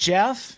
Jeff